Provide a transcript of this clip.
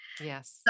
Yes